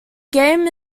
game